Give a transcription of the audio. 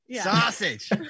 sausage